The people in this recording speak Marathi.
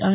आय